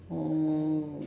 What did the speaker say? oh